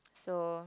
so